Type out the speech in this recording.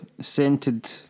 scented